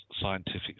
scientific